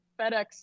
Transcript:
FedEx